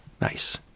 Nice